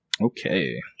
Okay